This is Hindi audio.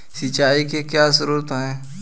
सिंचाई के क्या स्रोत हैं?